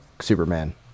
Superman